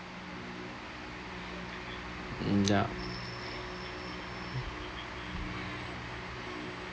um ya